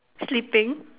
sleeping